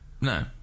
No